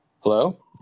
Hello